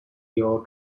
your